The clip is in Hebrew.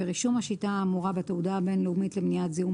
ורישום השיטה האמורה בתעודה הבין-לאומית למניעת זיהום